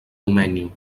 domenyo